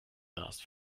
last